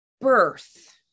birth